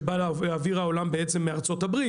שבא לאוויר העולם בעצם מארצות הברית,